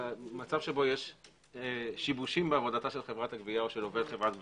המצב שבו יש שיבושים בעבודת חברת הגבייה או של עובד חברת גבייה,